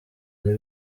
ari